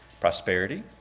Prosperity